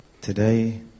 Today